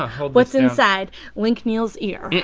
what's inside link neal's ear.